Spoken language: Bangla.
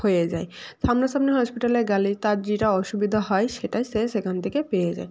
হয়ে যায় সামনাসামনি হসপিটালে গেলে তার যেটা অসুবিধা হয় সেটা সে সেখান থেকে পেয়ে যায়